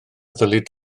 ddylid